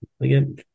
again